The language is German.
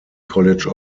college